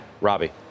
Robbie